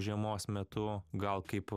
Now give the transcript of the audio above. žiemos metu gal kaip